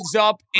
up